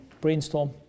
Brainstorm